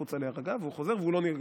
אתה האיש הרע, כי אתה נתת את הכוח להמן.